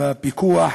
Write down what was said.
לפיקוח